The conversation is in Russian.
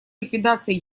ликвидации